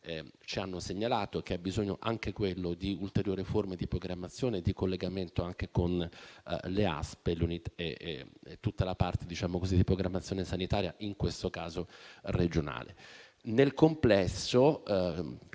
ci hanno segnalato, che ha bisogno anch'esso di ulteriori forme di programmazione e di collegamento con le ASP e tutta la parte di programmazione sanitaria, in questo caso regionale. Nel complesso,